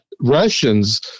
Russians